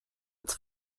its